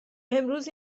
امروز